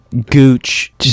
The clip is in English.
Gooch